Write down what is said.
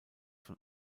von